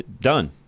Done